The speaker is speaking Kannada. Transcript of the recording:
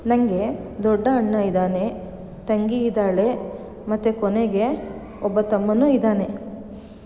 ನನಗೆ ದೊಡ್ಡ ಅಣ್ಣ ಇದ್ದಾನೆ ತಂಗಿ ಇದ್ದಾಳೆ ಮತ್ತು ಕೊನೆಗೆ ಒಬ್ಬ ತಮ್ಮನೂ ಇದ್ದಾನೆ